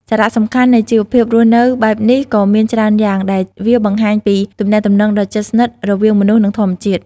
សារៈសំខាន់នៃជីវភាពរស់នៅបែបនេះគឺមានច្រើនយ៉ាង ដែលវាបង្ហាញពីទំនាក់ទំនងដ៏ជិតស្និទ្ធរវាងមនុស្ស និងធម្មជាតិ។